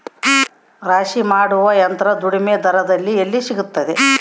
ರಾಶಿ ಮಾಡುವ ಯಂತ್ರ ಕಡಿಮೆ ದರದಲ್ಲಿ ಎಲ್ಲಿ ಸಿಗುತ್ತದೆ?